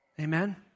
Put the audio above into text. Amen